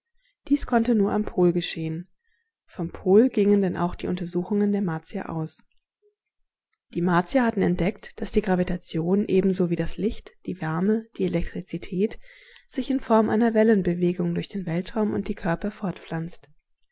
dies konnte nur am pol geschehen vom pol gingen denn auch die untersuchungen der martier aus die martier hatten entdeckt daß die gravitation ebenso wie das licht die wärme die elektrizität sich in form einer wellenbewegung durch den weltraum und die körper